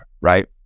right